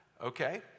Okay